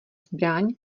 zbraň